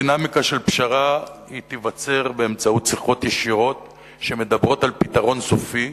דינמיקה של פשרה תיווצר באמצעות שיחות ישירות שמדברות על פתרון סופי.